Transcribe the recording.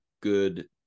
good